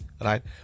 right